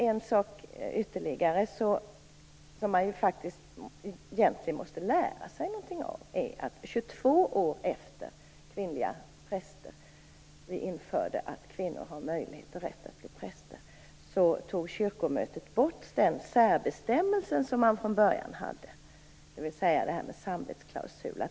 En sak som man faktiskt måste lära sig något av är att 22 år efter att kvinnor fick möjlighet och rätt att bli präster tog kyrkomötet bort den särbestämmelse som fanns från början, dvs. detta med samvetsklausul.